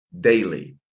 daily